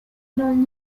non